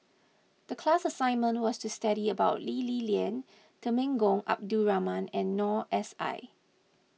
the class assignment was to study about Lee Li Lian Temenggong Abdul Rahman and Noor S I